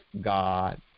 God